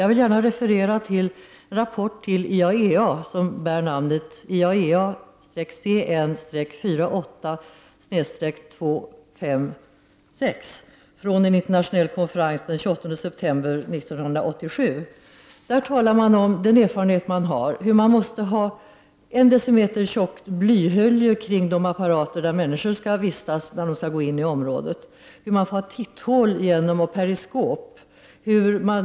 Jag vill gärna referera till en rapport till IAEA som bär namnet IAEA-CN 48/256 från en internationell konferens den 28 september 1987. Där talar man om de erfarenheter som man har. Man måste ha en decimeter tjocka blyhöljen kring de apparater som människor skall vistas i när de skall gå in i området. Man får ha titthål och periskop.